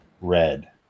red